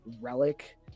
relic